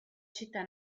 città